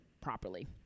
properly